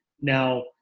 now –